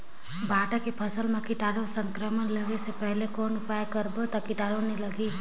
भांटा के फसल मां कीटाणु संक्रमण लगे से पहले कौन उपाय करबो ता कीटाणु नी लगही?